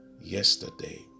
yesterday